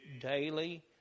daily